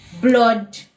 blood